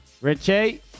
Richie